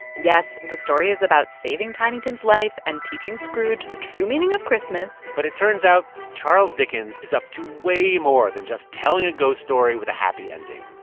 yes, the story is about saving tiny tim's life and teaching scrooge the true meaning of christmas but it turns out charles dickens is up to way more than just telling a ghost story with a happy ending.